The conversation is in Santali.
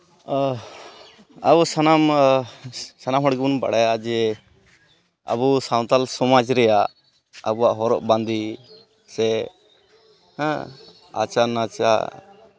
ᱚ ᱟᱵᱚ ᱥᱟᱱᱟᱢ ᱥᱟᱱᱟᱢ ᱦᱚᱲ ᱜᱮᱵᱚᱱ ᱵᱟᱲᱟᱭᱟ ᱡᱮ ᱟᱵᱚ ᱥᱟᱱᱛᱟᱞ ᱥᱚᱢᱟᱡᱽ ᱨᱮᱭᱟᱜ ᱟᱵᱚᱣᱟᱜ ᱦᱚᱨᱚᱜ ᱵᱟᱸᱫᱮ ᱥᱮ ᱟᱪᱟᱨ ᱱᱟᱪᱟᱨ